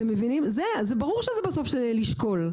אתם מבינים, ברור שבסוף זה לשקול.